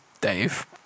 Dave